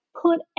put